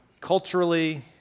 culturally